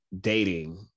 dating